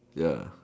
ya